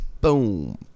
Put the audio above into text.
boom